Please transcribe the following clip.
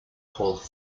called